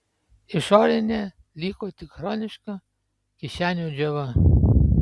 išorinė liko tik chroniška kišenių džiova